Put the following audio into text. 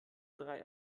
drei